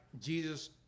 Jesus